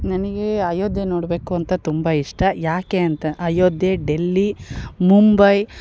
ನನಗೆ ಅಯೋಧ್ಯೆ ನೋಡಬೇಕು ಅಂತ ತುಂಬ ಇಷ್ಟ ಯಾಕೆ ಅಂತ ಅಯೋಧ್ಯೆ ಡೆಲ್ಲಿ ಮುಂಬೈ